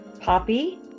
poppy